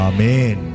Amen